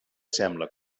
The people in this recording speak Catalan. sembla